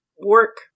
work